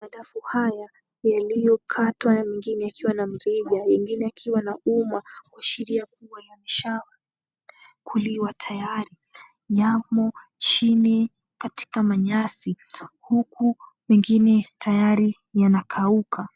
Madafu haya ni yaliyokatwa mengine yakiwa na mrija mengine yakiwa na umma, kuashiria kuwa yameshakuliwa tayari. Yamo chini katika manyasi, huku mengine tayari yanakauka.